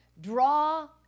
Draw